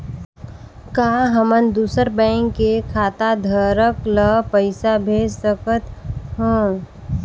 का हमन दूसर बैंक के खाताधरक ल पइसा भेज सकथ हों?